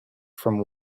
from